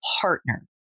partner